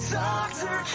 doctor